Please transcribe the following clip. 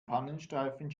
pannenstreifen